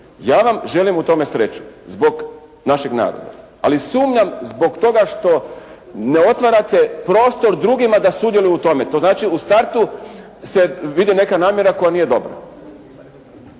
Ja vam želim u tome sreću zbog našeg naroda, ali sumnjam zbog toga što ne otvarate prostor drugima da sudjeluju u tome. To znači u startu se vidi neka namjera koja nije dobra.